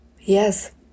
yes